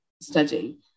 study